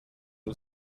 who